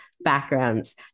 backgrounds